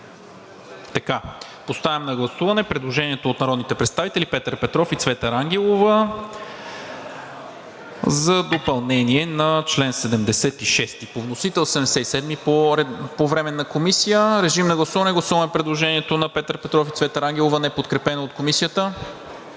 виждам. Поставям на гласуване предложението от народните представители Петър Петров и Цвета Рангелова за допълнение на чл. 76 по вносител – чл. 77 по Временна комисия. Гласуваме предложението на Петър Петров и Цвета Рангелова, неподкрепено от Комисията.